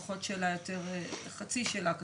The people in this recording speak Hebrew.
פחות שאלה אלא יותר חצי שאלה כזה,